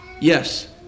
Yes